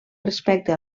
respecte